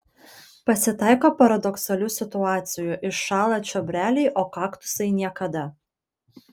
pasitaiko paradoksalių situacijų iššąla čiobreliai o kaktusai niekada